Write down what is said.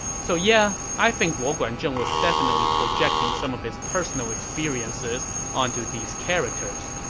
so yeah, i think luo guanzhong was definitely projecting some of his personal experiences onto these characters.